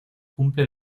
cumple